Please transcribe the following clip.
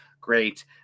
great